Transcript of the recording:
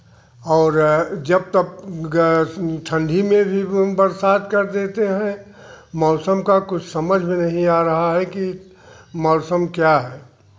और जब तब ठंडी में भी बरसात कर देते हैं मौसम का कुछ समझ में नहीं आ रहा है कि मौसम क्या है